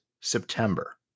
September